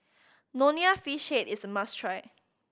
Nonya Fish Head is a must try